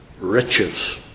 riches